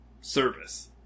service